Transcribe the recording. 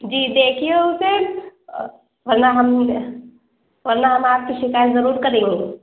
جی دیکھیے اسے ورنہ ہم ورنہ ہم آپ کی شکایت ضرور کریں گے